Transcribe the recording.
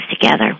together